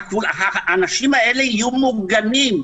האנשים האלה יהיו מוגנים.